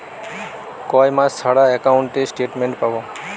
কয় মাস ছাড়া একাউন্টে স্টেটমেন্ট পাব?